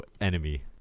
enemy